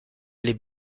les